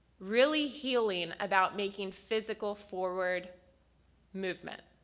really healing about making physical forward movement.